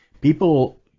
people